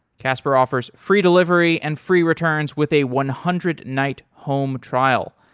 casper offers free delivery and free returns with a one hundred night home trial.